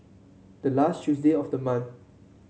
the last Tuesday of the month